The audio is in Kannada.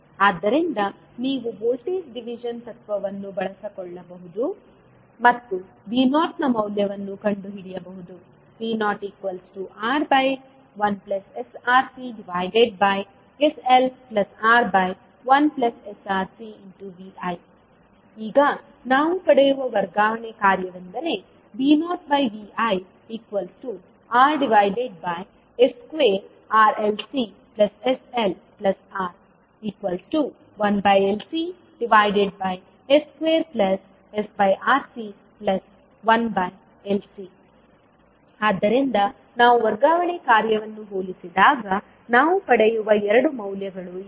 ಆದ್ದರಿಂದ ನೀವು ವೋಲ್ಟೇಜ್ ಡಿವಿಷನ್ ತತ್ವವನ್ನು ಬಳಸಿಕೊಳ್ಳಬಹುದು ಮತ್ತು V0 ನ ಮೌಲ್ಯವನ್ನು ಕಂಡುಹಿಡಿಯಬಹುದು V0R1sRCsLR1sRCVi ಈಗ ನಾವು ಪಡೆಯುವ ವರ್ಗಾವಣೆ ಕಾರ್ಯವೆಂದರೆ V0ViRs2RLCsLR1LCs2sRC 1LC ಸ್ಲೈಡ್ ಸಮಯವನ್ನು ಉಲ್ಲೇಖಿಸಿ 1744 ಆದ್ದರಿಂದ ನಾವು ವರ್ಗಾವಣೆ ಕಾರ್ಯವನ್ನು ಹೋಲಿಸಿದಾಗ ನಾವು ಪಡೆಯುವ ಎರಡು ಮೌಲ್ಯಗಳು ಇವು